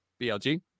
BLG